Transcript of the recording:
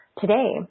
Today